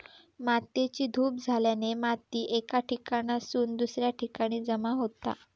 मातेची धूप झाल्याने माती एका ठिकाणासून दुसऱ्या ठिकाणी जमा होता